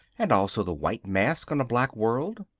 and also the white mask on a black world.